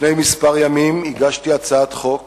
לפני כמה ימים הגשתי הצעת חוק